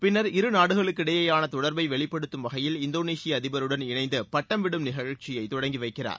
பின்னா் இருநாடுகளுக்கிடையேயான தொடர்பை வெளிப்படுத்தும் வகையில் இந்தோனேஷிய அதிபருடன் இணைந்து பட்டம் விடும் நிகழ்ச்சியைத் தொடங்கி வைக்கிறார்